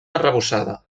arrebossada